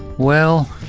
well